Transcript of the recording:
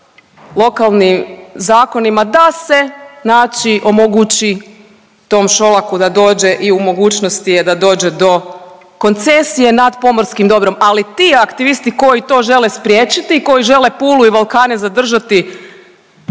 lokalnim zakonima da se znači omogući tom Šolaku da dođe i u mogućnosti je da dođe do koncesije nad pomorskim dobrom. Ali ti aktivisti koji to žele spriječiti, koji žele Pulu i Valkane zadržati